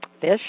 fish